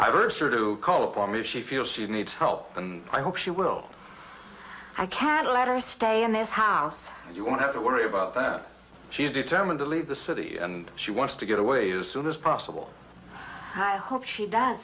heard to call upon me she feels she needs help and i hope she will i can't let her stay in this house you won't have to worry about that she is determined to leave the city and she wants to get away as soon as possible i hope she does